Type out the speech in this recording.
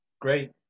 Great